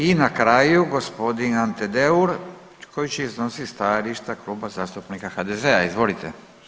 I na kraju g. Ante Deur koji će iznositi stajališta Kluba zastupnika HDZ-a, izvolite.